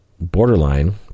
borderline